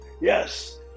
yes